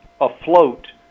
afloat